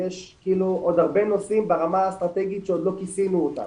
יש עוד הרבה נושאים ברמה האסטרטגית שעוד לא כיסינו אותם.